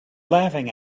laughing